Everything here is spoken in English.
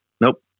Nope